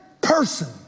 person